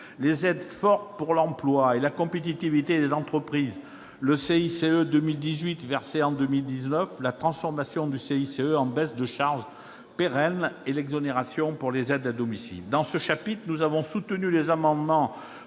les aides, fortes, en faveur de l'emploi et de la compétitivité des entreprises : le CICE 2018 versé en 2019, la transformation de ce crédit d'impôt en baisse de charges pérenne et l'exonération pour les aides à domicile. Dans ce chapitre, nous avons soutenu les amendements